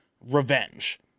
revenge